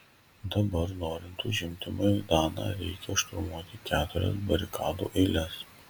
dabar norint užimti maidaną reikia šturmuoti keturias barikadų eiles